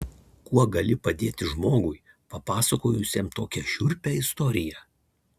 kuo gali padėti žmogui papasakojusiam tokią šiurpią istoriją